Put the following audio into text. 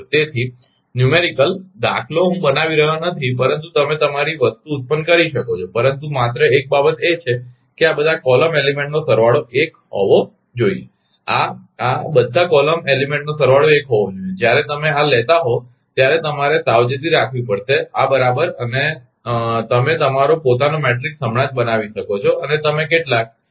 તેથી દાખલો હું બતાવી રહ્યો નથી પરંતુ તમે તમારી વસ્તુ ઉત્પન્ન કરી શકો છો પરંતુ માત્ર એક બાબત એ છે કે આ બધા કોલમ એલીમેન્ટનો સરવાળો 1 હોવો જોઈએ આ આ બધા કોલમ એલીમેન્ટનો સરવાળો 1 હોવો જોઈએ જ્યારે તમે આ લેતા હોવ ત્યારે તમારે સાવચેતી રાખવી પડશે આ બરાબર અને તમે તમારો પોતાનો મેટ્રિક્સ હમણાં જ બનાવી શકો છો અને તમે કેટલાક લો છો